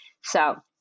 So-